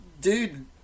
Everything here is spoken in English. dude